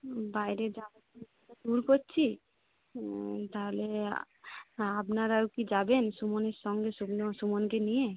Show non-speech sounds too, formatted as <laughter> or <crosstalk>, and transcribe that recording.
বাইরে যাওয়ার <unintelligible> করছি তাহলে আপনারাও কি যাবেন সুমনের সঙ্গে <unintelligible> সুমনকে নিয়ে